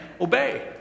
obey